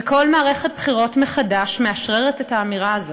וכל מערכת בחירות מחדש מאשררת את האמירה הזאת: